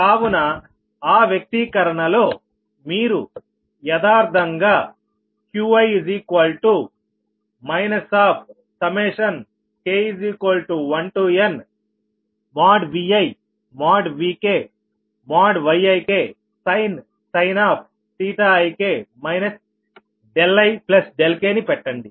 కావున ఆ వ్యక్తీకరణ లో మీరు యదార్ధంగా Qi k1nViVkYiksin ik ik ని పెట్టండి